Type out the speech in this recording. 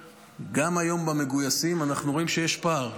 גם היום במגויסים אנחנו רואים שיש פער,